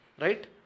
Right